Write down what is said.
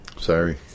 Sorry